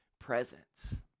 presence